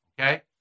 Okay